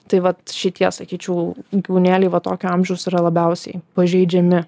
tai vat šitie sakyčiau gyvūnėliai va tokio amžiaus yra labiausiai pažeidžiami